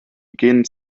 gehen